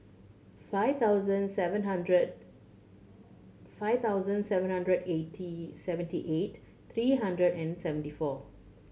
five thousand seven hundred five thousand seven hundred eighty seventy eight three hundred and seventy four